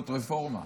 זאת רפורמה,